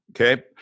okay